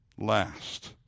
last